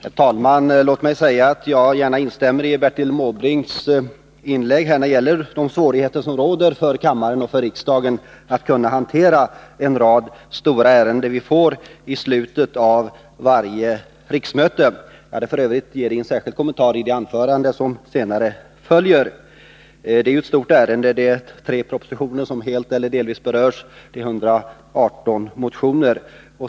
Herr talman! Låt mig säga att jag gärna instämmer i Bertil Måbrinks inlägg här när det gäller de svårigheter som råder för kammaren och för riksdagen att hantera en rad stora ärenden som kommer i slutet av varje riksmöte. F. ö. avser jag att ge en särskild kommentar om den saken i det anförande som senare följer. Det är ett stort ärende. Tre propositioner berörs helt eller delvis. Antalet motioner är 118.